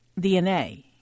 DNA